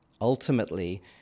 ultimately